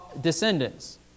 descendants